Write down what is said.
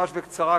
ממש בקצרה,